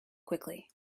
quickly